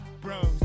bros